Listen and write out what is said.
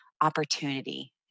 opportunity